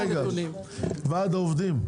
ועד העובדים,